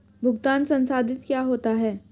भुगतान संसाधित क्या होता है?